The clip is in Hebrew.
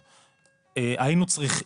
2018,